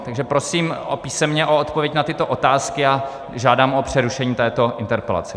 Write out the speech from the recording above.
Takže prosím písemně o odpověď na tyto otázky a žádám o přerušení této interpelace.